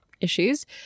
issues